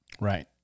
right